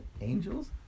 angels